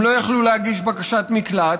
הם לא יכלו להגיש בקשת מקלט.